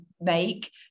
make